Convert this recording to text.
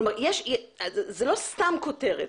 כלומר, זו לא סתם כותרת.